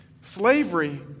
slavery